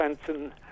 Fenton